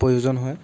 প্ৰয়োজন হয়